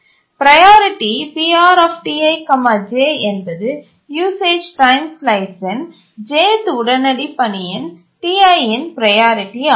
priority PrTi j என்பது usage time ஸ்லைஸின் jth உடனடி பணியின் Ti இன் ப்ரையாரிட்டி ஆகும்